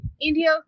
India